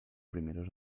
primeros